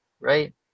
right